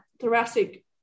thoracic